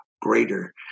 greater